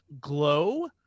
glow